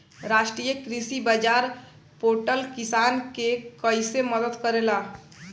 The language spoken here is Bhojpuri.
राष्ट्रीय कृषि बाजार पोर्टल किसान के कइसे मदद करेला?